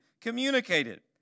communicated